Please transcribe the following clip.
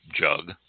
jug